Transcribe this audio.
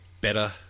better